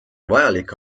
vajalik